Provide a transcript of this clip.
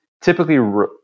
typically